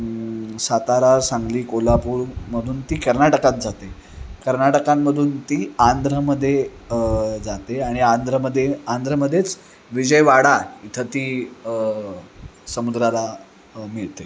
सातारा सांगली कोल्हापूरमधून ती कर्नाटकात जाते कर्नाटकामधून ती आंध्रमध्ये जाते आणि आंध्रमध्ये आंध्रमध्येच विजयवाडा इथं ती समुद्राला मिळते